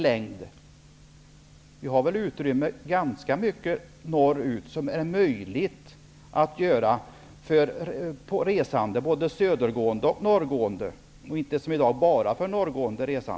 Det finns väl utrymme norrut där både söder och norrgående resande får plats, och inte som i dag då det är bara norrgående resande som utnyttjar det utrymmet.